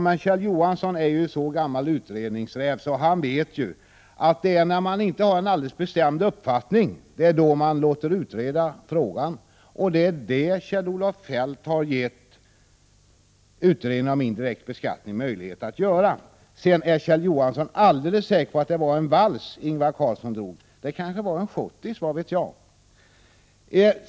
Men Kjell Johansson är ju en så gammal utredningsräv att han vet att det är när man inte har en alldeles bestämd uppfattning som man låter utreda frågan — och det är det Kjell-Olof Feldt har gett utredningen om indirekt beskattning möjlighet att göra. Är sedan Kjell Johansson alldeles säker på att det var en vals Ingvar Carlsson drog? Det kanske var en schottis — vad vet jag?